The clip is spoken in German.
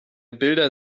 bilder